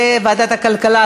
וועדת הכלכלה,